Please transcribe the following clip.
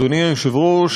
אדוני היושב-ראש,